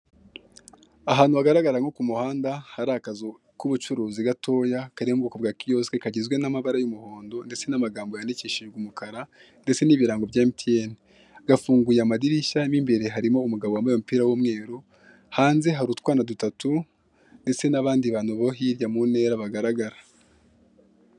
Ahantu hagaragara k'umuhanda hari akazu k'ubucuruzi gatoya kari mu bwoko bwa kiyosiki kagizwe n'amabara y'umuhondo ndetse n'amagambo yandikishije umukara, ndetse n'ibirango bya mtn gafunguye amadirishya mo imbere harimo umugabo wambaye umupira w'umweru, hanze harutwana dutatu ndetse n'abandi bantu bo hirya mu ntera bagaragaza.